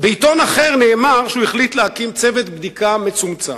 בעיתון אחר נאמר שהוא החליט להקים צוות בדיקה מצומצם,